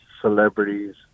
celebrities